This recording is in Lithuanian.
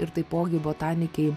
ir taipogi botanikei